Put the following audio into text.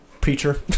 preacher